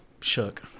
shook